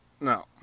No